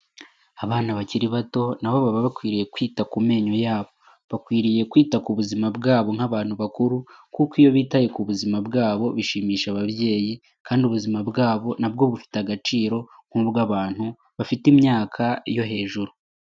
Abana bakiri bato na bo baba bakwiriye kwita ku menyo yabo. Bakwiriye kwita ku buzima bwabo nk'abantu bakuru kuko iyo bitaye ku buzima bwabo, bishimisha ababyeyi kandi ubuzima bwabo na bwo bufite agaciro nk'ubw'abantu bafite imyaka yo hejuru.